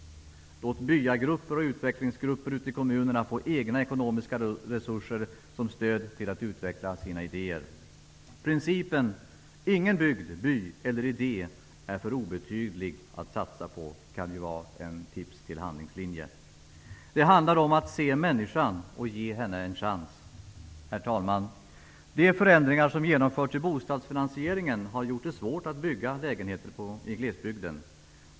Låt byagrupper och utvecklingsgrupper ute i kommunerna få egna ekonomiska resurser till stöd för att utveckla sina idéer. Principen att ingen bygd, by eller idé är för obetydlig för att satsas på kan vara en handlingslinje. Det handlar om att se människan och ge henne en chans. Herr talman! De förändringar som har genomförts i bostadsfinansieringen har gjort det svårt att bygga lägenheter i glesbygden.